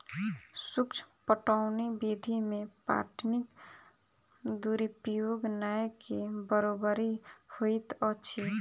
सूक्ष्म पटौनी विधि मे पानिक दुरूपयोग नै के बरोबरि होइत अछि